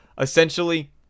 essentially